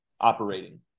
operating